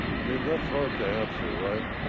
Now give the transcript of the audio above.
i mean, that's hard to answer right?